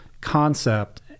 concept